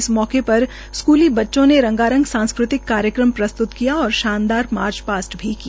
इस मौके पर स्कूली बच्चों ने रंगारंग सांस्कृतिक कार्यक्रम प्रस्त्त किया और शानदार मार्चपास्ट भी किया